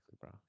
bro